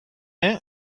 ere